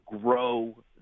grow